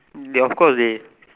ya of course they